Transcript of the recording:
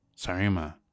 Sarima